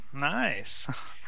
Nice